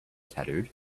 tattooed